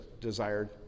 desired